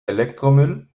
elektromüll